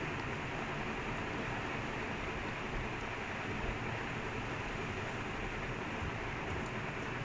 ya ya and no and like to find someone who can speak for one hour in like mix is quite hard actually no lah malay not that bad because